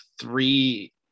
three